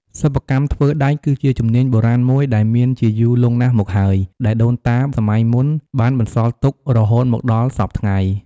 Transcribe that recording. សិប្បកម្មធ្វើដែក គឺជាជំនាញបុរាណមួយដែលមានជាយូរលង់ណាស់មកហើយ ដែលដូនតាសម័យមុនបានបន្សល់ទុករហូតមកដល់សព្វថ្ងៃ។